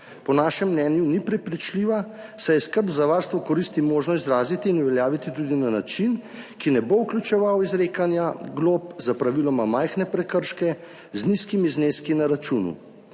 po našem mnenju ni prepričljiva, saj je skrb za varstvo koristi možno izraziti in uveljaviti tudi na način, ki ne bo vključeval izrekanja glob za praviloma majhne prekrške z nizkimi zneski na računu.